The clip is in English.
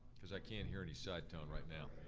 because i can't hear any side tone right now.